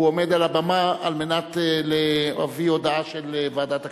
הוא עומד על הבמה על מנת להביא הודעה של ועדת הכנסת,